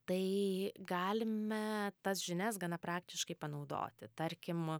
tai galime tas žinias gana praktiškai panaudoti tarkim